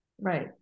Right